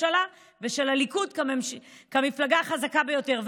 ממשלה ושל הליכוד כמפלגה החזקה ביותר,